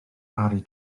parry